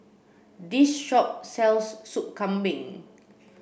this shop sells soup Kambing